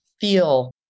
feel